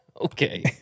Okay